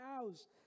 cows